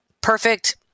perfect